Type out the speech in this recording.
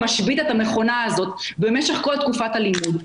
משבית את המכונה הזאת במשך כל תקופת הלימוד.